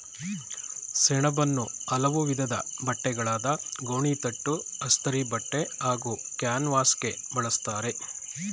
ಸೆಣಬನ್ನು ಹಲವು ವಿಧದ್ ಬಟ್ಟೆಗಳಾದ ಗೋಣಿತಟ್ಟು ಅಸ್ತರಿಬಟ್ಟೆ ಹಾಗೂ ಕ್ಯಾನ್ವಾಸ್ಗೆ ಬಳುಸ್ತರೆ